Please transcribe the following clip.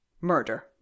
murder